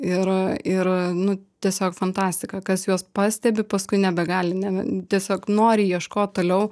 ir ir nu tiesiog fantastika kas juos pastebi paskui nebegali ne tiesiog nori ieškot toliau